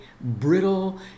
brittle